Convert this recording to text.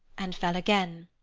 and fell again.